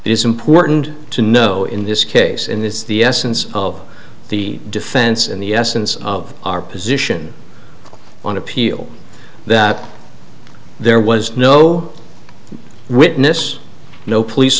is important to know in this case in this is the essence of the defense in the essence of our position on appeal that there was no witness no police